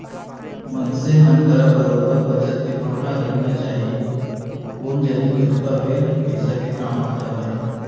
मनसे मन करा बरोबर बचत के भावना रहिना चाही कोन जनी कतका बेर पइसा के काम आ जावय